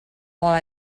while